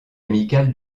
amical